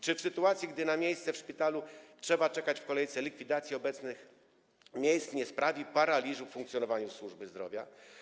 Czy w sytuacji, gdy na miejsce w szpitalu trzeba czekać w kolejce, likwidacja obecnych miejsc nie spowoduje paraliżu funkcjonowania służby zdrowia?